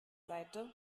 seite